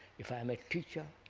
if i am a teacher,